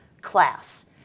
class